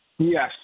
Yes